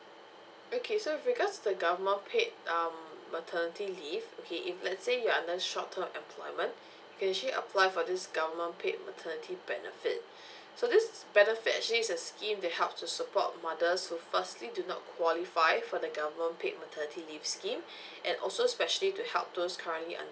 okay so with regards to the government paid um maternity leave okay if let's say you are under short term of employment you can actually apply for this government paid maternity benefit so this benefit actually is a scheme that help to support mothers who firstly do not qualify for the government paid maternity leave scheme and also specially to help those currently un~